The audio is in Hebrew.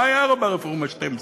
מה היה רע ברפורמה ה-12?